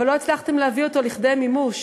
אבל לא הצלחתם להביא אותו לכדי מימוש.